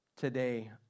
today